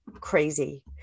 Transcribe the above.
crazy